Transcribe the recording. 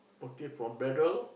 okay from Braddell